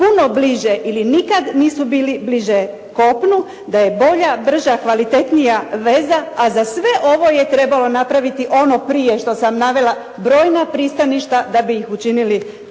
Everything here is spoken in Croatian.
puno bliže ili nikad nisu bili bliže kopnu, da je bolja, brža, kvalitetnija veza, a za sve ovo je trebalo napraviti ono prije što sam navela brojna pristaništa da bi ih učinili